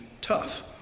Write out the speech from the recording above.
tough